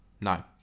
no